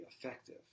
effective